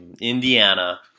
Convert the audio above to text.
Indiana